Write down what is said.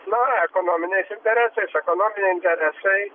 na ekonominiais interesais ekonominiai interesai